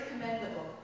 commendable